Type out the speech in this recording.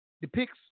depicts